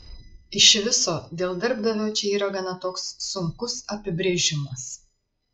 iš viso dėl darbdavio čia yra gana toks sunkus apibrėžimas